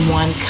one